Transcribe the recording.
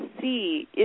see